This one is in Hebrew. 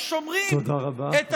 תודה רבה,